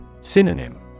Synonym